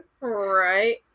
Right